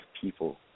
people